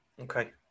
Okay